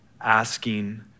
asking